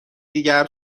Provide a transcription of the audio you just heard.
دیگر